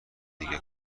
دیگه